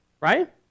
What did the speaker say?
right